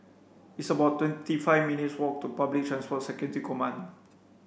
it's about twenty five minutes' walk to Public Transport Security Command